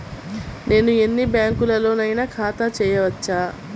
నేను ఎన్ని బ్యాంకులలోనైనా ఖాతా చేయవచ్చా?